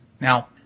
Now